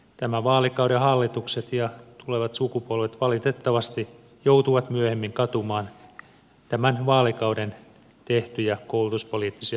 tämän vaalikauden hallitukset ja tulevat sukupolvet valitettavasti joutuvat myöhemmin katumaan tänä vaalikautena tehtyjä koulutuspoliittisia päätöksiä